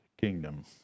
kingdom